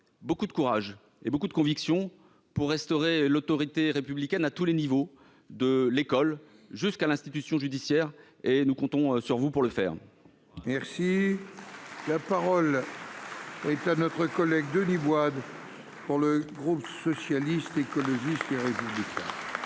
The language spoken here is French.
beaucoup de courage et beaucoup de conviction pour restaurer l'autorité républicaine à tous les niveaux, de l'école jusqu'à l'institution judiciaire. Nous comptons sur vous pour le faire. La parole est à M. Denis Bouad, pour le groupe Socialiste, Écologiste et Républicain.